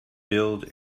build